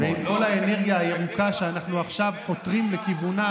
ועם כל האנרגיה הירוקה שאנחנו עכשיו חותרים לכיוונה,